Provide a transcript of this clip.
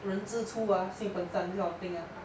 人之初性本善 this kind of thing ah